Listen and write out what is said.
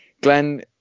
Glenn